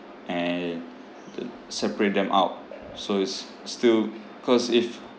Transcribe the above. at the separate them out so it's still cause if